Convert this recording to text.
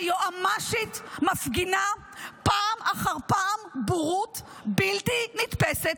היועמ"שית מפגינה פעם אחר פעם בורות בלתי נתפסת